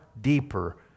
deeper